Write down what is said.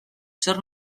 zer